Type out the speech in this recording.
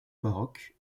baroque